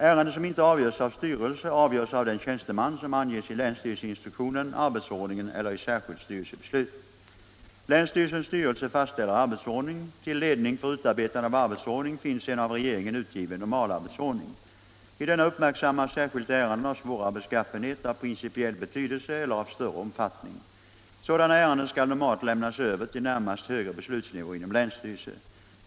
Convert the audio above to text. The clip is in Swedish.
Ärende som inte avgörs av styrelsen avgörs av den tjänsteman som anges i länsstyrelseinstruktionen, arbetsordningen eller i särskilt styrelsebeslut. Länsstyrelsens styrelse fastställer arbetsordning. Till ledning för utarbetande av arbetsordning finns en av regeringen utgiven normalarbetsordning. I denna uppmärksammas särskilt ärenden av svårare beskaffenhet, av principiell betydelse eller av större omfattning. Sådana ärenden skall normalt lämnas över till närmast högre beslutsnivå inom länsstyrelse.